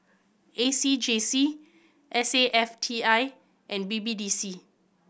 A C J C S A F T I and B B D C